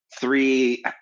three